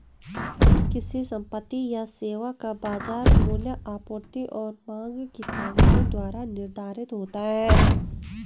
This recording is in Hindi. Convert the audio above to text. किसी संपत्ति या सेवा का बाजार मूल्य आपूर्ति और मांग की ताकतों द्वारा निर्धारित होता है